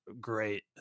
great